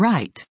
Right